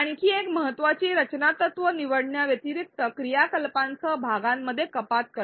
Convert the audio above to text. आणखी एक महत्त्वाचे रचना तत्व निवडण्याव्यतिरिक्त क्रियाकलापांसह भागांमध्ये कपात करणे